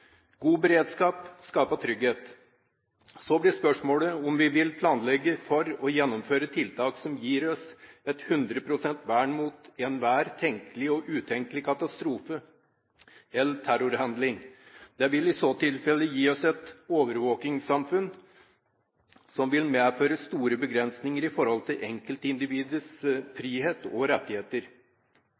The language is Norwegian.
God beredskap skaper trygghet. Så blir spørsmålet om vi vil planlegge for å gjennomføre tiltak som gir oss hundre prosent vern mot enhver tenkelig og utenkelig katastrofe eller terrorhandling. Det vil i så tilfelle gi oss et overvåkingssamfunn som vil medføre store begrensninger i forhold til enkeltindividets frihet og rettigheter.